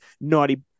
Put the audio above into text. naughty